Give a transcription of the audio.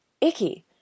icky